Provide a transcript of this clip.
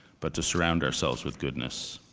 but to surround ourselves with goodness.